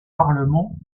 parlement